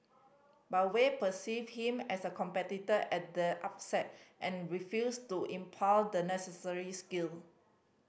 but we perceived him as a competitor at the upset and refused to impart the necessary skill